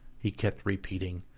he kept repeating,